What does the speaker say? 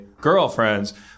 girlfriends